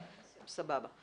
סבבה.